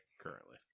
currently